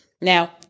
Now